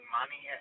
money